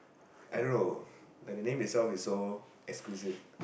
I don't know like the name itself is so exclusive